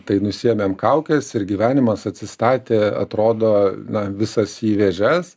tai nusiėmėm kaukes ir gyvenimas atsistatė atrodo na visas į vėžes